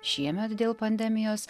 šiemet dėl pandemijos